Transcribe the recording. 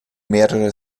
mehrere